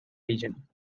region